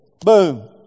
Boom